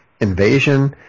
invasion